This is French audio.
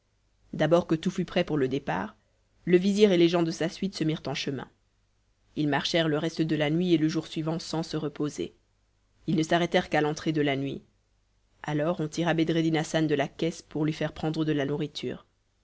d'abord que tout fut prêt pour le départ le vizir et les gens de sa suite se mirent en chemin ils marchèrent le reste de la nuit et le jour suivant sans se reposer ils ne s'arrêtèrent qu'à l'entrée de la nuit alors on tira bedreddin hassan de la caisse pour lui faire prendre de la nourriture